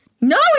No